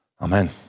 Amen